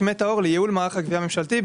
מטאור לייעול מערך הגבייה הממשלתי.